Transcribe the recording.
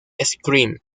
scream